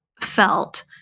felt